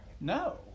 no